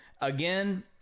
again